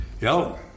Yo